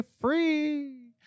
free